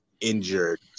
injured